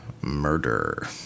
murder